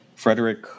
Frederick